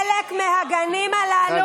חלק מהגנים הללו אומנם,